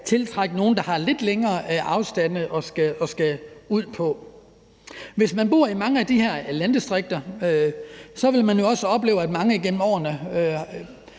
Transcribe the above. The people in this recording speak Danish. tiltrække nogle, der har lidt længere afstande, de skal ud på. Hvis man bor i mange af de her landdistrikter, vil man jo også opleve, at rigtig mange